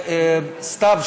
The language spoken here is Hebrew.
סתיו,